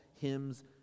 hymns